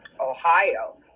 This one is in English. Ohio